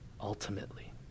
ultimately